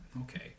Okay